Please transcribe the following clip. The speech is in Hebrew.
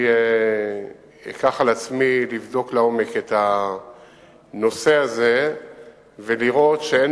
אני אקח על עצמי לבדוק לעומק את הנושא הזה ולראות שאין